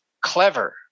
clever